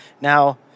now